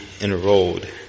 enrolled